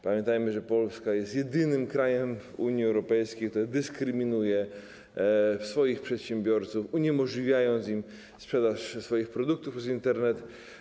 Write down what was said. Pamiętajmy, że Polska jest jedynym krajem w Unii Europejskiej, który dyskryminuje swoich przedsiębiorców, uniemożliwiając im sprzedaż swoich produktów przez Internet.